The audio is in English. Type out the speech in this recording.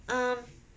um